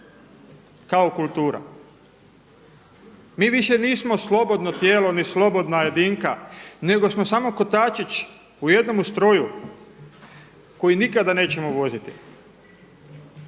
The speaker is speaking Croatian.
kao kultura. Mi više nismo slobodno tijelo ni slobodna jedinka nego smo samo kotačić u jednomu stroju koji nikada nećemo voziti.